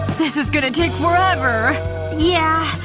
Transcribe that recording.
this is going to take forever yeah.